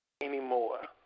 anymore